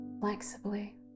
flexibly